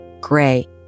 gray